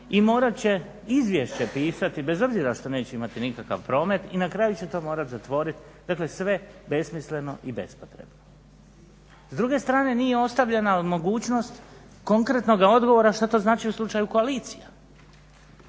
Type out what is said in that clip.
i morat će izvješće pisati bez obzira što neće imati nikakav promet i na kraju će to morati zatvoriti, dakle sve besmisleno i bespotrebno. S druge strane nije ostavljena mogućnost konkretnoga odgovora šta to znači u slučaju koalicija.